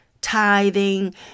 tithing